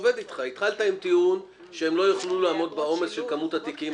התחלת עם טיעון שהם לא יוכלו לעמוד בעומס של כמות התיקים.